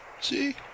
See